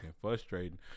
frustrating